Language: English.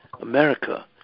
America